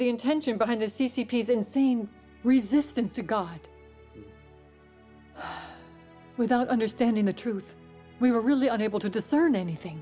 the intention behind the c c p is insane resistance to god without understanding the truth we were really unable to discern anything